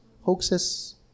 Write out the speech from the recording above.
Hoaxes